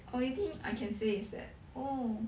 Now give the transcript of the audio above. only thing I can say is that oh